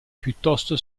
piuttosto